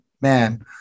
man